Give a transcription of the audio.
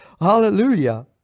Hallelujah